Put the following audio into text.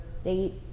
state